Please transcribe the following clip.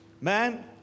man